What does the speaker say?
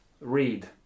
read